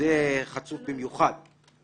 שזה חצוף במיוחד.